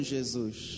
Jesus